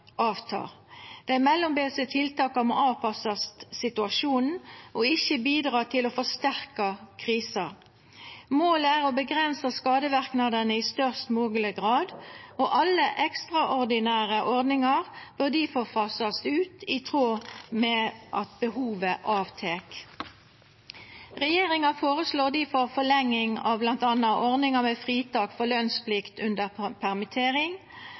avta. Dei mellombelse tiltaka må avpassast situasjonen og ikkje bidra til å forsterka krisa. Målet er å avgrensa skadeverknadane i størst mogeleg grad, og alle ekstraordinære ordningar bør difor fasast ut i tråd med at behovet avtek. Regjeringa foreslår difor forlenging av bl.a. ordninga med fritak for lønnsplikt under